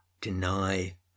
deny